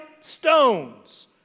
stones